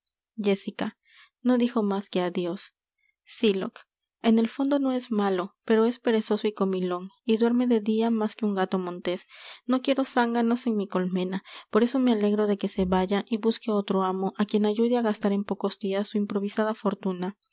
agar jéssica no dijo más que adios sylock en el fondo no es malo pero es perezoso y comilon y duerme de dia más que un gato montes no quiero zánganos en mi colmena por eso me alegro de que se vaya y busque otro amo á quien ayude á gastar en pocos dias su improvisada fortuna